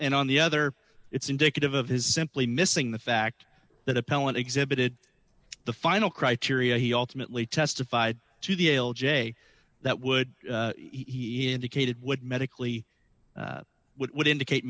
and on the other it's indicative of his simply missing the fact that appellant exhibited the final criteria he alternately testified to the l j that would he indicated would medically what would indicate